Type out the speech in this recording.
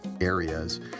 areas